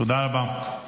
תודה רבה.